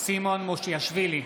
סימון מושיאשוילי,